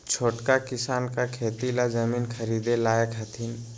छोटका किसान का खेती ला जमीन ख़रीदे लायक हथीन?